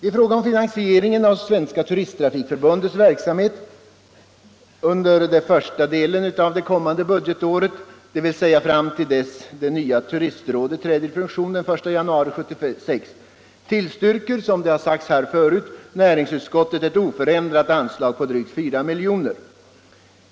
I fråga om finansieringen av Svenska turisttrafikförbundets verksamhet under den första halva delen av det kommande budgetåret — dvs. fram till dess att det nya turistrådet träder i funktion den 1 januari 1976 —- tillstyrker näringsutskottet som förut sagts ett oförändrat anslag på drygt 4 milj.kr.